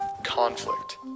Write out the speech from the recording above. Conflict